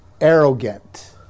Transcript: arrogant